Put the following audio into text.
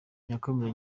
yakomeje